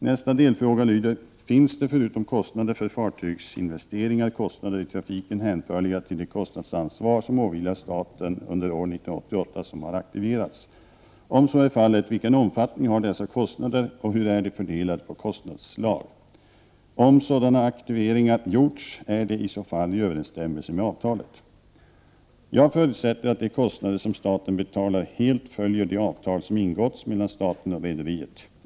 Nästa delfråga lyder: Finns det, förutom kostnader för fartygsinvesteringar, kostnader i trafiken hänförliga till det kostnadsansvar som åvilar staten under år 1988 som har aktiverats? Om så är fallet, vilken omfattning har dessa kostnader och hur är de fördelade på kostnadsslag? Om sådana aktiveringar gjorts — är de i så fall i överensstämmelse med avtalet? Jag förutsätter att de kostnader som staten betalar helt följer det avtal som ingåtts mellan staten och rederiet.